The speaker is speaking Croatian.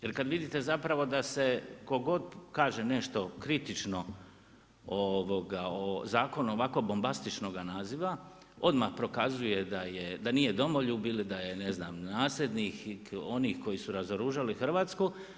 Jer kad vidite zapravo da se tko god kaže nešto kritično o zakonu ovako bombastičnoga naziva, odmah prokazuje da nije domoljub ili da je ne zna, nasljednik onih koji su razoružali Hrvatsku.